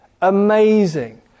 amazing